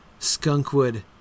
Skunkwood